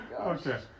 Okay